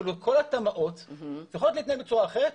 כל התמ"אות צריכות להתנהל בצורה אחרת.